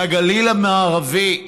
לגליל המערבי.